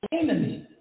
enemy